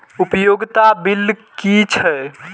उपयोगिता बिल कि छै?